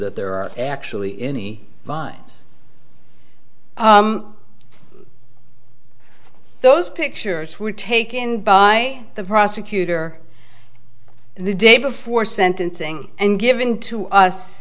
that there are actually any vines those pictures were taken by the prosecutor the day before sentencing and given to us